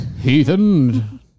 Heathen